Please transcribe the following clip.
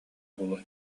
буолуо